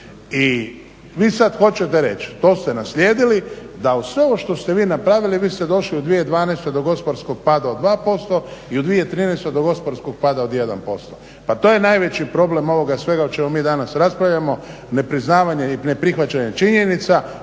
I vi sada hoćete reći to ste naslijedili da uz sve ovo što ste vi napravili vi ste došli u 2012.do gospodarskog pada od 2% i u 2013.do gospodarskog pada od 1%. Pa to je najveći problem ovoga svega o čemu mi danas raspravljamo ne priznavanje i ne prihvaćenje činjenica,